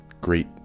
great